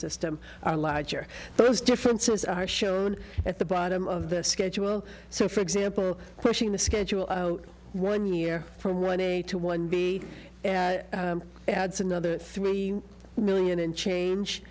system are larger those differences are shown at the bottom of the schedule so for example pushing the schedule out one year from one day to one b adds another three million and change